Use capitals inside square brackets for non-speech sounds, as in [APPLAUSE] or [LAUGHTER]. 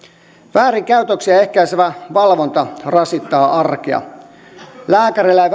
väärinkäytöksiä ehkäisevä valvonta rasittaa arkea lääkäreillä [UNINTELLIGIBLE]